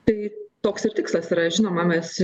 tai toks ir tikslas yra žinoma mes